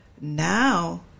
now